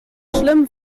schlimm